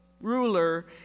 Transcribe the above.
ruler